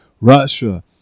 Russia